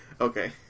Okay